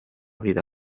vida